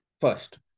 First